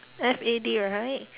F A D right